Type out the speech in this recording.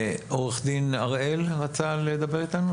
עורך דין רועי ארבל רצה לדבר איתנו?